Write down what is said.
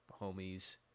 homies